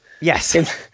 Yes